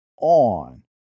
on